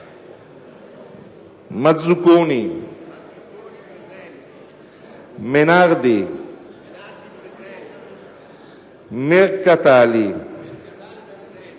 Mazzuconi, Menardi, Mercatali,